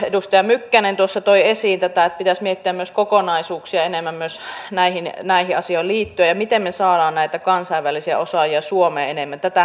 edustaja mykkänen tuossa toi esiin tätä että pitäisi miettiä enemmän myös kokonaisuuksia myös näihin asioihin liittyen ja sitä miten me saamme näitä kansainvälisiä osaajia suomeen enemmän